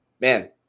Man